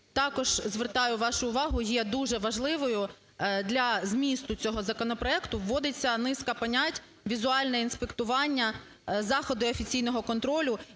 Також звертаю вашу увагу, є дуже важливою для змісту цього законопроекту. Вводиться низка понять: "візуальне інспектування", "заходи офіційного контролю"